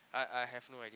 I I have no idea